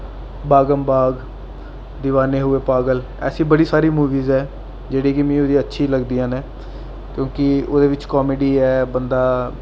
बागम बाग दिवाने हुए पागल ऐसी बड़ी सारी मूवियां न जेह्ड़ी कि मिगी ओह्दी अच्छी लगदियां न क्योंकि ओह्दे बिच कामेडी ऐ बंदा